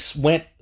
went